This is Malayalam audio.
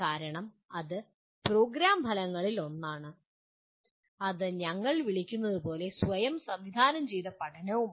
കാരണം അത് പ്രോഗ്രാം ഫലങ്ങളിൽ ഒന്നാണ് അത് ഞങ്ങൾ വിളിക്കുന്നതുപോലെ സ്വയം സംവിധാനം ചെയ്ത പഠനവുമാണ്